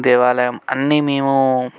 దేవాలయం అన్నీ మేము